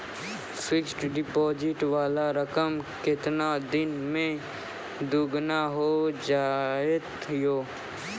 Fixed deposit वाला रकम केतना दिन मे दुगूना हो जाएत यो?